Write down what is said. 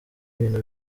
ibintu